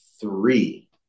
three